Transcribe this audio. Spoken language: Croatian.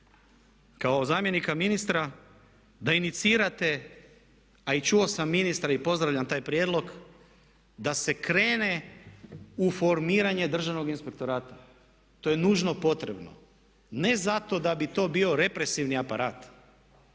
kao zamjenika ministra da inicirate, a i čuo sam ministra i pozdravljam taj prijedlog da se krene u formiranje Državnog inspektorata. To je nužno potrebno. Ne zato da bi to bio represivni aparat